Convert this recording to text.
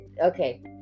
Okay